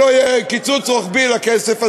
שלא יהיה קיצוץ רוחבי לכסף הזה,